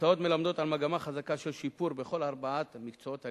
התוצאות מלמדות על מגמה חזקה של שיפור בכל ארבעת מקצועות הליבה,